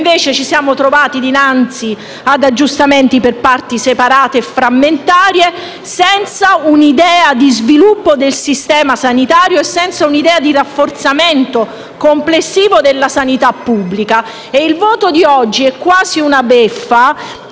ci siamo trovati dinanzi ad aggiustamenti per parti separate e frammentarie, senza un'idea di sviluppo del sistema sanitario e di rafforzamento complessivo della sanità pubblica. Il voto di oggi è quasi una beffa,